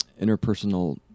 interpersonal